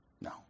No